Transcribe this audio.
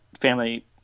family